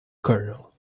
colonel